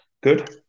Good